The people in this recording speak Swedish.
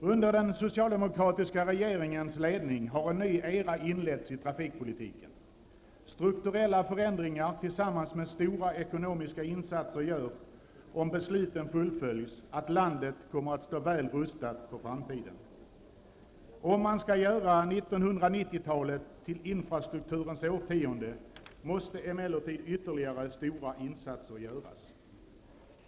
Under den socialdemokratiska regeringens ledning har en ny era inletts i trafikpolitiken. Strukturella förändringar tillsammans med stora ekonomiska insatser gör, om besluten fullföljs, att landet kommer att stå väl rustat för framtiden. Om man skall göra 1990-talet till infrastrukturens årtionde måste emellertid ytterligare stora insatser göras.